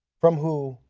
from who,